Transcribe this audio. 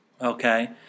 okay